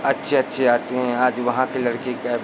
अच्छी अच्छी आती हैं आज वहाँ की लड़की क्या